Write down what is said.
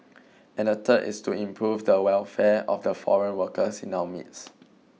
and the third is to improve the welfare of the foreign workers in our midst